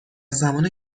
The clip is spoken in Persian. زمان